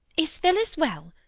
is phillis well?